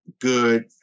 good